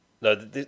no